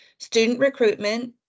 studentrecruitment